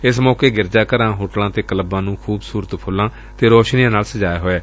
ਏਸ ਮੌਕੇ ਗਿਰਜਾ ਘਰਾਂ ਹੋਟਲਾ ਅਤੇ ਕਲੱਬਾ ਨੂੰ ਖੂਬਸੂਰਤ ਫੁੱਲਾਂ ਤੇ ਰੌਸ਼ਨੀਆਂ ਨਾਲ ਸਜਾਇਆ ਹੋਇਐ